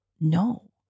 no